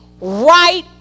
right